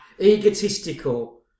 egotistical